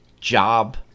job